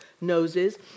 noses